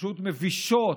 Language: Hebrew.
פשוט מבישות,